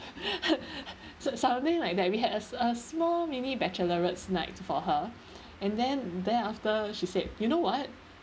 so~ something like that we had a a small mini bachelorettes night for her and then then after she said you know what